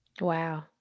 Wow